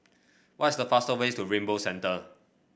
what is the faster ways to Rainbow Centre